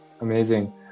amazing